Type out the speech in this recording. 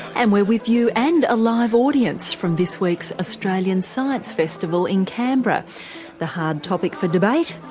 and we're with you and a live audience from this week's australian science festival in canberra the hard topic for debate,